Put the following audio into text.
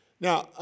Now